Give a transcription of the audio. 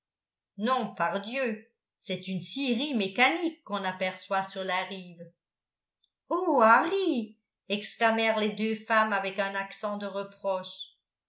non pardieu c'est une scierie mécanique qu'on aperçoit sur la rive oh harry exclamèrent les deux femmes avec un accent de reproche